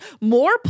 more